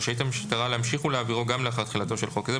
רשאית המשטרה להמשיך ולהעבירו גם לאחר תחילתו של חוק זה,